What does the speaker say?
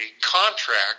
contract